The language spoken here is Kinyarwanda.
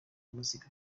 muzika